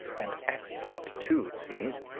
and at sight too, it seems.